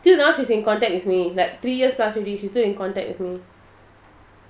till now she's in contact with me like three years plus already she still in contact with me